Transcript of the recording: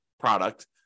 product